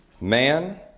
man